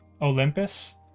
olympus